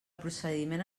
procediment